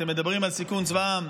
אתם מדברים על סיכון צבא העם?